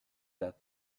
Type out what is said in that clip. that